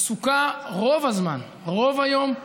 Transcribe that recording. עסוקה רוב הזמן, רוב היום,